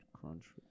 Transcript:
Crunch